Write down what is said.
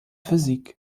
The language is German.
physik